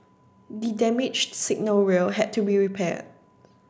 the damaged signal rail had to be repaired